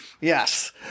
Yes